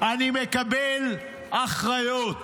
אני מקבל אחריות.